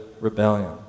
rebellion